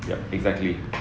yeah exactly